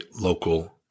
local